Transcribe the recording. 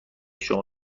شما